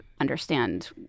understand